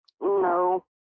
No